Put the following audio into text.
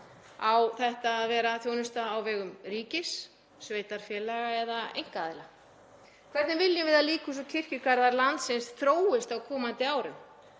Á þetta að vera þjónusta á vegum ríkis, sveitarfélaga eða einkaaðila? Hvernig viljum við að líkhús og kirkjugarðar landsins þróist á komandi árum?